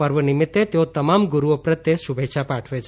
આ પર્વ નિમિત્ત તેઓ તમામ ગુરુઓ પ્રત્યે શુભેચ્છા પાઠવે છે